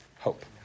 hope